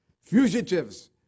Fugitives